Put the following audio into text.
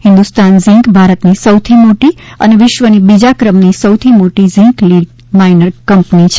Hindustan Zinc ભારતની સૌથી મોટી અને વિશ્વની બીજા ક્રમની સૌથી મોટી ઝિંક લીડ માઇનર કંપની છે